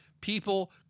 people